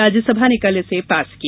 राज्यसभा ने कल इसे पास किया